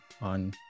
on